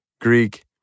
Greek